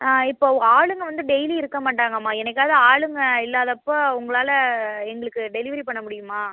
ஆ இப்போது ஆளுங்க வந்து டெய்லியும் இருக்க மாட்டாங்கம்மா என்றைக்காவது ஆளுங்க இல்லாதப்போ உங்களால் எங்களுக்கு டெலிவரி பண்ண முடியுமா